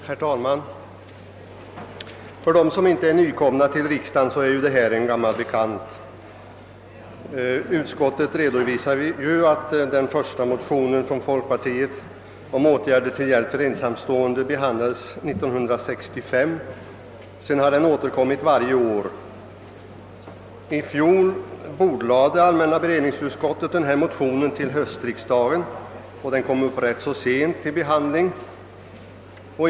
Herr talman! För dem som inte är nykomna till riksdagen är denna fråga en gammal bekant. Utskottet redovisar ju att de första motionerna från folkpartiet om åtgärder till hjälp åt ensamstående behandlades år 1965 och att motioner med samma innehåll sedan återkommit varje år. I fjol bordlade allmänna beredningsutskottet motionerna till höstriksdagen, och de kom upp till behandling rätt sent.